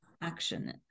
action